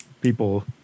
people